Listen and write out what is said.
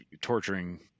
torturing